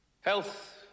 health